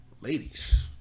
ladies